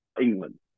England